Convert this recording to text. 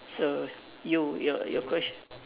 so you your your ques~